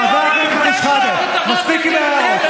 חבר הכנסת אבו שחאדה, מספיק עם ההערות.